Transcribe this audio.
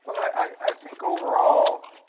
i think overall,